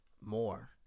more